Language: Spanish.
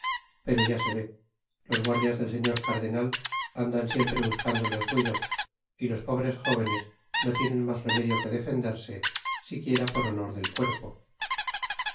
pero ya se vé los guardias del señor cardenal andan siempre buscándoles ruido y los pobres jóvenes no tienen mas remedio que defenderse siquiera por honor del cuerpo